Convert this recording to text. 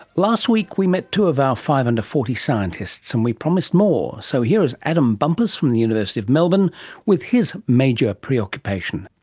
last week we met two of our five under forty scientists and we promised more, so here is adam bumpus from the university of melbourne with his major preoccupation,